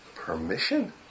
Permission